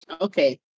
Okay